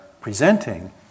presenting